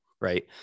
right